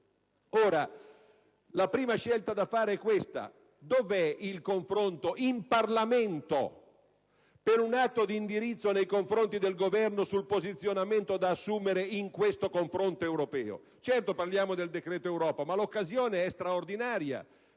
La prima scelta da fare è questa: dove è il confronto in Parlamento per un atto di indirizzo nei confronti del Governo sul posizionamento da assumere in questo confronto europeo? Certo, stiamo discutendo del decreto Europa, ma l'occasione è straordinaria